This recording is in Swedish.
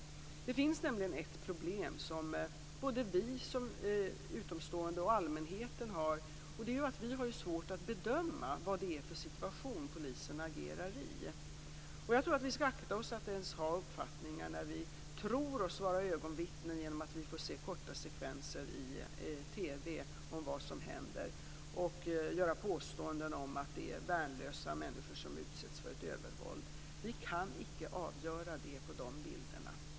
Det finns nämligen ett problem som både vi som utomstående och allmänheten har. Det är att vi har svårt att bedöma vad det är för situation polisen agerar i. Jag tror att vi skall akta oss för att ens ha uppfattningar när vi tror oss vara ögonvittnen genom att vi får se korta sekvenser i TV om vad som händer och göra påståenden om att det är värnlösa människor som utsätts för ett övervåld. Vi kan icke avgöra det på de bilderna.